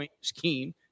scheme